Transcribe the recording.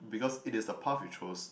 because it is the path you chose